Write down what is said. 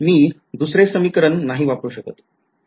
मी दुसरे समीकरण नाही वापरू शकत